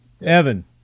evan